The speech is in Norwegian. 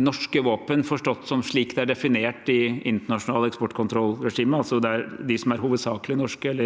Norske våpen, forstått slik det er definert i internasjonalt eksportkontrollregime, altså de som er hovedsakelig norske